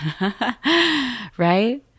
right